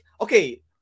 okay